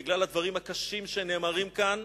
בגלל הדברים הקשים שנאמרים כאן,